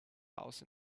house